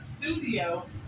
studio